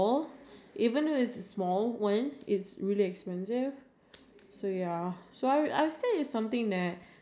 like you need to buy the ingredients the electric~ uh electricity and everything I think